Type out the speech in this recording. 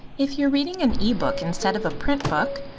if you're reading an ebook instead of a print book,